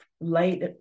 light